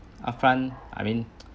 upfront I mean